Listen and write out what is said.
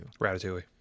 Ratatouille